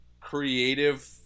creative